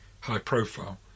high-profile